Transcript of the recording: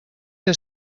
que